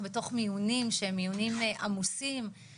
זה כרוך בהוצאות וישנם בתי חולים שלא לקחו את זה,